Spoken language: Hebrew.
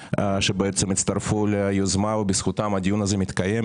שהצטרפו ליוזמה ובזכותם הדיון הזה מתקיים.